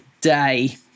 Day